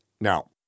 Now